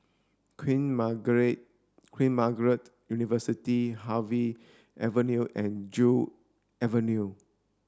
Queen Margaret Queen Margaret University Harvey Avenue and Joo Avenue